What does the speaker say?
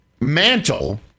mantle